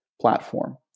platform